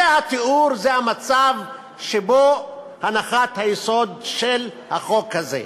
זה התיאור, זה המצב שבו הנחת היסוד של החוק הזה.